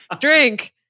Drink